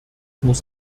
muss